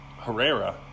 Herrera